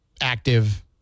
active